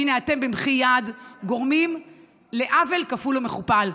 והינה אתם במחי יד גורמים לעוול כפול ומכופל.